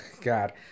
god